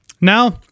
Now